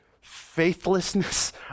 faithlessness